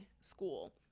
school